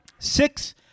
Six